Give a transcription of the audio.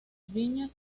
viñas